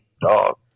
dog